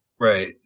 Right